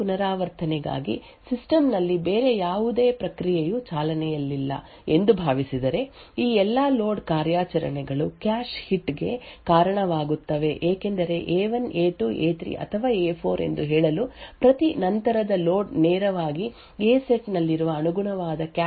ಈಗ ಎರಡನೇ ಪುನರಾವರ್ತನೆಗಾಗಿ ಸಿಸ್ಟಮ್ ನಲ್ಲಿ ಬೇರೆ ಯಾವುದೇ ಪ್ರಕ್ರಿಯೆಯು ಚಾಲನೆಯಲ್ಲಿಲ್ಲ ಎಂದು ಭಾವಿಸಿದರೆ ಈ ಎಲ್ಲಾ ಲೋಡ್ ಕಾರ್ಯಾಚರಣೆಗಳು ಕ್ಯಾಶ್ ಹಿಟ್ ಗೆ ಕಾರಣವಾಗುತ್ತವೆ ಏಕೆಂದರೆ ಎ1 ಎ2 ಎ 3 ಅಥವಾ ಎ4 ಎಂದು ಹೇಳಲು ಪ್ರತಿ ನಂತರದ ಲೋಡ್ ನೇರವಾಗಿ ಎ ಸೆಟ್ ನಲ್ಲಿರುವ ಅನುಗುಣವಾದ ಕ್ಯಾಶ್ ಲೈನ್ ನಿಂದ ಡೇಟಾ ವನ್ನು ಓದುತ್ತದೆ